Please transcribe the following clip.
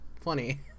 funny